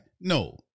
No